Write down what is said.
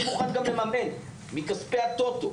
אני מוכן גם לממן מכספי הטוטו